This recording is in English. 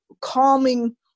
calming